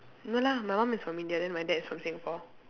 no lah my mum is from India then my dad is from Singapore